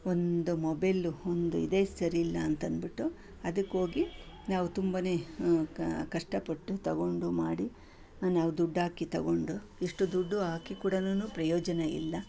ಒಂದು ಮೊಬೈಲು ಒಂದು ಇದೇ ಸರಿ ಇಲ್ಲ ಅಂತಂದ್ಬಿಟ್ಟು ಅದಕ್ಕೋಗಿ ನಾವು ತುಂಬನೇ ಕಷ್ಟಪಟ್ಟು ತೊಗೊಂಡು ಮಾಡಿ ನಾವು ದುಡ್ಡಾಕಿ ತೊಗೊಂಡು ಇಷ್ಟು ದುಡ್ಡು ಹಾಕಿ ಕೂಡನೂ ಪ್ರಯೋಜನ ಇಲ್ಲ